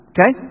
Okay